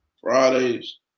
Fridays